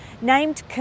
named